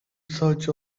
search